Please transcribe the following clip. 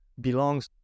belongs